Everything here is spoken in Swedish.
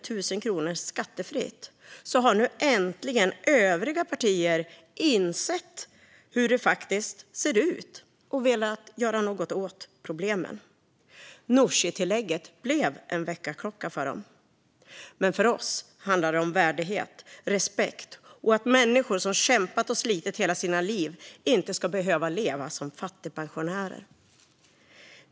Nu har äntligen övriga partier insett hur det faktiskt ser ut och vill göra något åt problemen. Nooshitillägget blev en väckarklocka för dem. För oss handlade det om värdighet och respekt. Människor som kämpat och slitit hela livet ska inte behöva leva som fattigpensionärer.